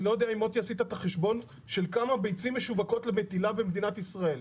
אני לא יודע אם עשית את החשבון כמה ביצים משווקות למטילה במדינת ישראל.